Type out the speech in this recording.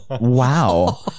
Wow